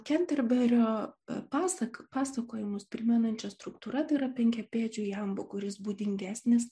kenterberio pasak pasakojimus primenančia struktūra tai yra penkiapėdžiu jambu kuris būdingesnis